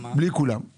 בלי כולם.